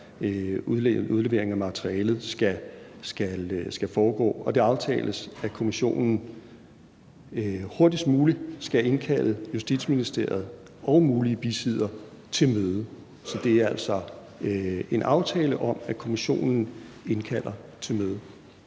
udlevering af materialet skal foregå, og det aftales, at kommissionen hurtigst muligt skal indkalde Justitsministeriet og mulige bisiddere til møde. Så det er altså en aftale om, at kommissionen indkalder til møde.